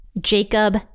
Jacob